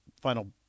final